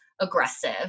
aggressive